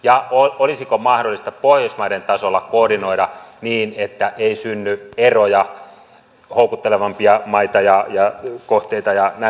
ja olisiko mahdollista pohjoismaiden tasolla koordinoida niin että ei synny eroja houkuttelevampia maita ja kohteita ja näin poispäin